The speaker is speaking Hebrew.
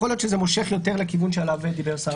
יכול להיות שזה מושך יותר לכיוון שעליו דיבר שר המשפטים.